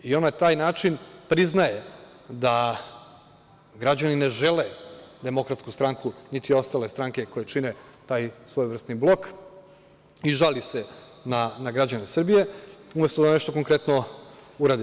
On na taj način priznaje da građani ne žele DS, niti ostale stranke koje čine taj svojevrsni blok, i žali se na građane Srbije umesto da nešto konkretno uradi.